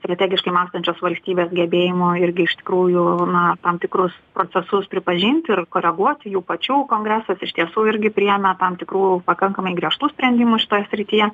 strategiškai mąstančios valstybės gebėjimo irgi iš tikrųjų na tam tikrus procesus pripažinti ir koreguoti jų pačių kongresas iš tiesų irgi priėmė tam tikrų pakankamai griežtus sprendimus šitoj srityje